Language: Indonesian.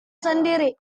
sendiri